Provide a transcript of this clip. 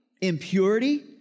impurity